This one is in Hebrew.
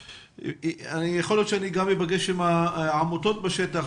יכול להיות שאפגש גם עם העמותות בשטח,